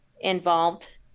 involved